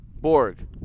Borg